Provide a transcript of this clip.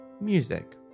Music